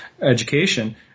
education